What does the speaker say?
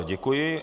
Děkuji.